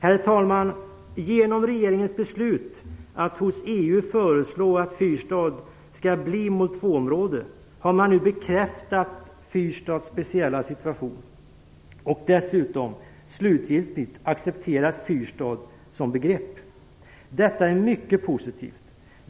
Herr talman! Genom regeringens beslut att hos EU föreslå att Fyrstad skall bli mål 2-område har man nu bekräftat Fyrstads speciella situation och dessutom slutgiltigt accepterat Fyrstad som begrepp. Detta är mycket positivt.